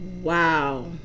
Wow